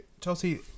Chelsea